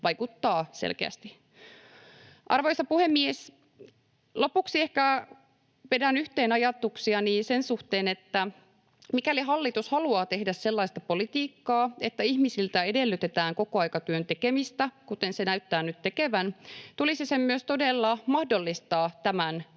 vaikuttavat selkeästi. Arvoisa puhemies! Lopuksi ehkä vedän yhteen ajatuksiani sen suhteen, että mikäli hallitus haluaa tehdä sellaista politiikkaa, että ihmisiltä edellytetään kokoaikatyön tekemistä, kuten hallitus näyttää nyt tekevän, niin tulisi sen myös todella mahdollistaa tämän